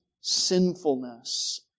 sinfulness